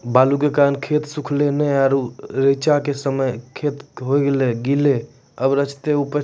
बालू के कारण खेत सुखले नेय आरु रेचा के समय ही खत्म होय गेलै, अबे रेचा उपजते?